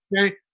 okay